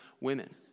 women